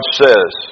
says